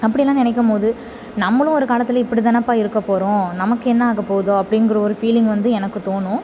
அப்படிலாம் நினைக்கும் போது நம்மளும் ஒரு காலத்தில் இப்படி தானேப்பா இருக்கப்போகிறோம் நமக்கு என்ன ஆகப் போகுதோ அப்படிங்கிற ஒரு ஃபீலிங் வந்து எனக்கு தோணும்